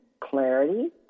clarity